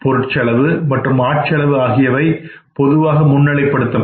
பொருட்செலவு மற்றும் ஆட் செலவு ஆகியவை பொதுவாக முன்னிலைப்படுத்த படும்